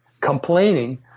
complaining